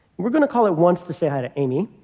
we're going to call it once to say hi to amy.